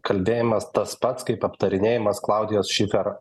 kalbėjimas tas pats kaip aptarinėjimas klaudijos šifer